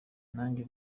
nanjye